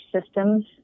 systems